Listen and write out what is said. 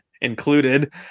included